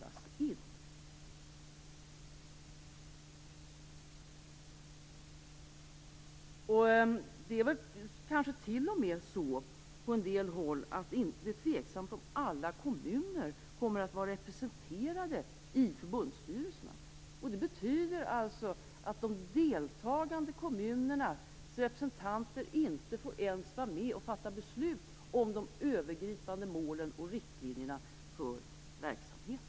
På en del håll är det kanske t.o.m. på det sättet att det är tveksamt om alla kommuner kommer att vara representerade i förbundsstyrelserna. Det betyder alltså att de deltagande kommunernas representanter inte ens får vara med och fatta beslut om de övergripande målen och riktlinjerna för verksamheten.